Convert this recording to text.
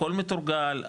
הכל מתורגל,